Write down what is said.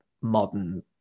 modern